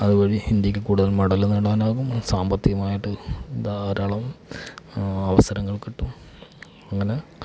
അത് വഴി ഇന്ത്യയ്ക്ക് കൂടുതൽ മെഡൽ നേടാനാകും സാമ്പത്തികമായിട്ട് ധാരാളം അവസരങ്ങൾ കിട്ടും അങ്ങനെ